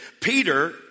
Peter